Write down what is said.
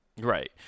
Right